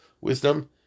wisdom